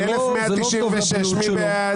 1,198 מי בעד?